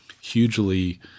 hugely